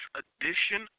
edition